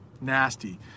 Nasty